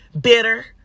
bitter